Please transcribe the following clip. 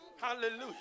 Hallelujah